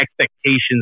expectations